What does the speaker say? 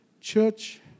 Church